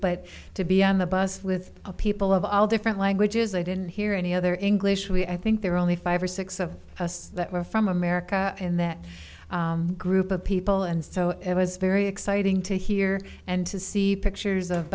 but to be on the bus with a people of all different languages i didn't hear any other english we i think there were only five or six of us that were from america in that group of people and so it was very exciting to hear and to see pictures of